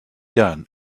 done